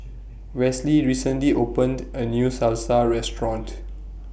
Westley recently opened A New Salsa Restaurant